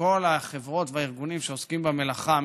וכל החברות והארגונים שעוסקים במלאכה,